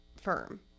firm